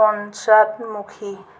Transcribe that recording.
পঞ্চাদমুখী